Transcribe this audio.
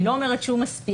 אני לא אומרת שהוא מספיק,